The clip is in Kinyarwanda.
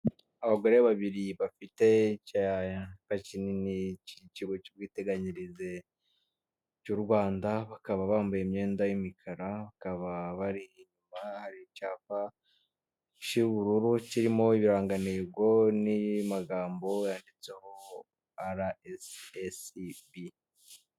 Abagore babiri bafite icyapa kinini k'ikigo cy'ubwiteganyirize cy'u Rwanda, bakaba bambaye imyenda y'imikara, bakaba bari inyuma hari icyapa cy'ubururu kirimo ibiranganego n'amagambo yanditseho RSSB.